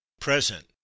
Present